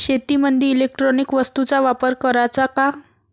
शेतीमंदी इलेक्ट्रॉनिक वस्तूचा वापर कराचा का?